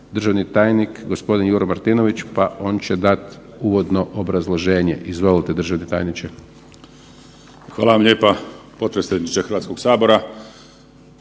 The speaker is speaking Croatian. državni tajnik Juro Martinović, pa on će dati uvodno obrazloženje. Izvolite državni tajniče. **Martinović, Juro** Hvala vam lijepa potpredsjedniče Hrvatskog sabora.